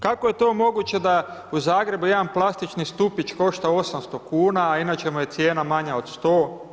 Kako je to moguće da u Zagrebu jedan plastični stupić košta 800 kuna a inače mu je cijena manja od 100?